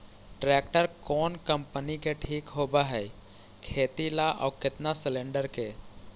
Tractor कोन company के ठीक होब है खेती ल औ केतना सलेणडर के?